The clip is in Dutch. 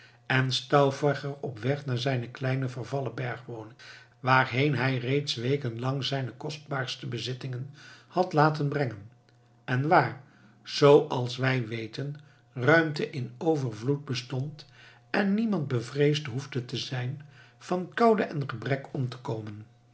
en stauffacher op weg naar zijne kleine en vervallen bergwoning waarheen hij reeds weken lang zijne kostbaarste bezittingen had laten brengen en waar zooals wij weten ruimte in overvloed bestond en niemand bevreesd behoefde te zijn van koude en gebrek om te komen